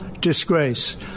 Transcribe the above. disgrace